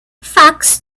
facts